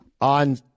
On